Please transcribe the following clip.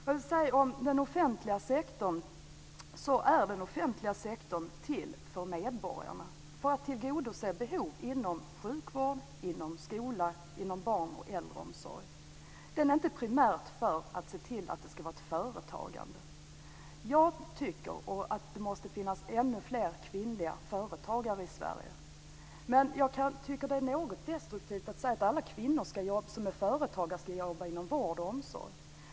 Jag vill säga att den offentliga sektorn är till för medborgarna, för att tillgodose behov inom sjukvård, inom skola, inom barn och äldreomsorg. Den är inte primärt till för att det ska vara ett företagande. Jag tycker att det måste finnas ännu fler kvinnliga företagare i Sverige, men jag tycker att det är något destruktivt att säga att alla kvinnor som är företagare ska jobba inom vård och omsorg.